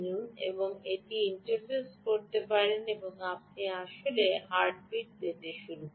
আপনি এটি ইন্টারফেস করতে পারেন এবং আপনি আসলেই হার্টবিট পেতে শুরু করবেন